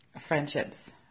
friendships